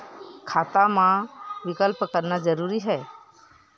खाता मा विकल्प करना जरूरी है?